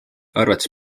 arvates